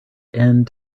end